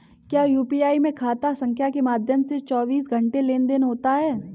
क्या यू.पी.आई में खाता संख्या के माध्यम से चौबीस घंटे लेनदन होता है?